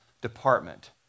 department